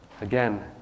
Again